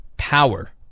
power